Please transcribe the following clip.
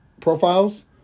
profiles